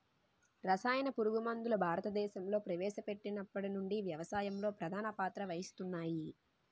రసాయన పురుగుమందులు భారతదేశంలో ప్రవేశపెట్టినప్పటి నుండి వ్యవసాయంలో ప్రధాన పాత్ర వహిస్తున్నాయి